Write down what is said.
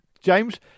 James